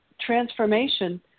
transformation